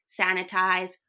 sanitize